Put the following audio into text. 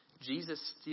Jesus